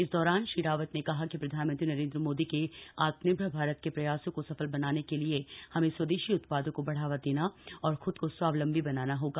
इस दौरान श्री रावत ने कहा कि प्रधानमंत्री नरेंद्र मोदी के आत्मनिर्भर भारत के प्रयासों को सफल बनाने के लिए हमें स्वदेशी उत्पादों को बढ़ावा देना और खुद को स्वावलंबी बनाना होगा